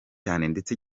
ndetse